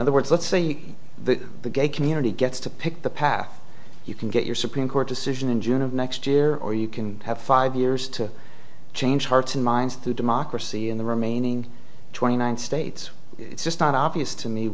other words let's say the gay community gets to pick the path you can get your supreme court decision in june of next year or you can have five years to change hearts and minds through democracy in the remaining twenty nine states it's just not obvious to me